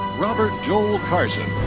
robert joel carson.